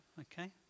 okay